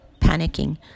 Panicking